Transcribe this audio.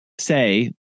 say